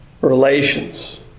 relations